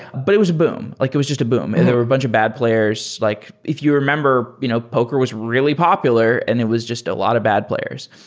but it was a boom. like it was just a boom. and there were a bunch of bad players. like if you remember, you know poker was really popular and it was just a lot of bad players.